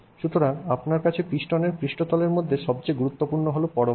সুতরাং আপনার কাছে পিস্টনের পৃষ্ঠতলের মধ্যে সবচেয়ে গুরুত্বপূর্ণ হল পরমাণু